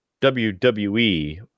WWE